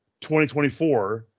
2024